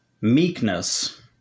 meekness